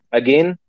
again